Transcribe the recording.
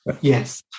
yes